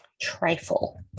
trifle